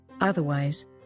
otherwise